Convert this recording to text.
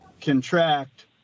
contract